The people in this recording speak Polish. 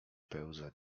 pełza